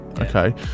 Okay